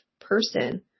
person